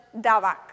davak